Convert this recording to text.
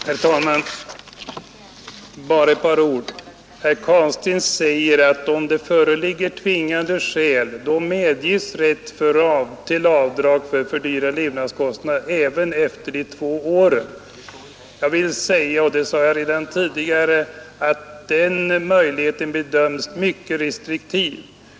Herr talman! Bara ett par ord. Herr Carlstein säger att om det föreligger tvingande skäl, så medges rätt till avdrag för fördyrade levnadskostnader även efter de två åren. Jag upprepar dock, att den möjligheten används mycket restriktivt.